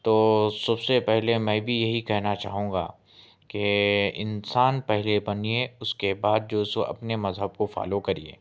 تو سب سے پہلے میں بھی یہی کہنا چاہوں گا کہ انسان پہلے بنیے اس کے بعد جو سو اپنے مذہب کو فالو کرئیے